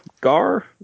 Gar